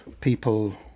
people